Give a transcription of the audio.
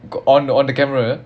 got on on the camera